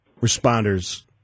responders